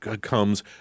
comes